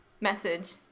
message